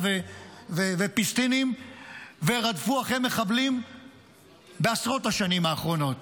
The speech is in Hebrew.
ופיסטינים ורדפו אחרי מחבלים בעשרות השנים האחרונות,